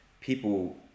people